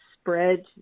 spread